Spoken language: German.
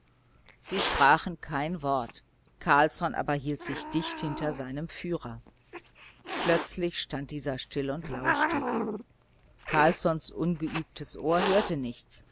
sie sprachen kein wort carlsson aber hielt sich dicht hinter seinem führer plötzlich stand dieser still und lauschte carlssons ungeübtes ohr hörte nichts